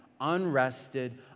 unrested